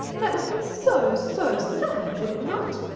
that would be so, so sad, would it not?